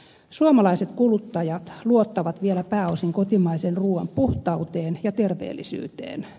suomalaiset kuluttajat luottavat vielä pääosin kotimaisen ruuan puhtauteen ja terveellisyyteen